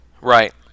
Right